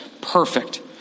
perfect